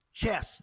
chess